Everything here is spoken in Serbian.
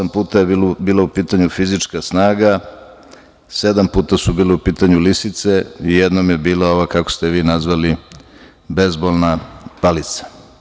Osam puta je bilo u pitanju fizička snaga, sedam puta su bile u pitanju lisice i jednom je bila ova, kako ste je vi nazvali, bezbolna palica.